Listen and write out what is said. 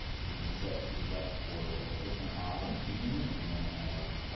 you can set these up for a different odd and even if you want to have,